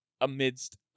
amidst